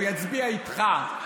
הוא יצביע איתך.